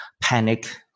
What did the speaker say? panic